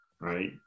right